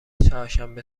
چهارشنبه